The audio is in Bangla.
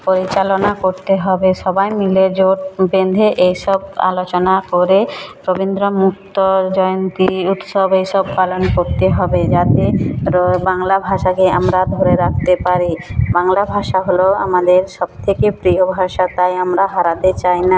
পরিচালনা করতে হবে সবাই মিলে জোট বেঁধে এই সব আলোচনা করে রবীন্দ্র মুক্ত জয়ন্তী উৎসব এই সব পালন করতে হবে যাতে বাংলা ভাষাকে আমরা ধরে রাখতে পারি বাংলা ভাষা হলো আমাদের সব থেকে প্রিয় ভাষা তাই আমরা হারাতে চাই না